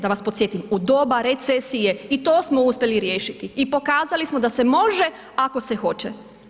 Da vas podsjetim, u doba recesije i to smo uspjeli riješiti i pokazali smo da se može ako se hoće.